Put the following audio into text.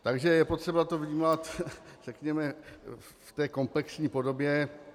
Takže je potřeba to vnímat, řekněme, v komplexní podobě.